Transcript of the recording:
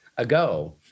ago